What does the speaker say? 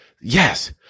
yes